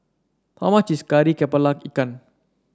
how much is Kari kepala Ikan